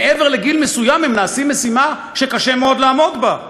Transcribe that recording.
מעבר לגיל מסוים הם נעשים משימה שקשה מאוד לעמוד בה.